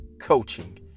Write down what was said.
Coaching